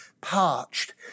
parched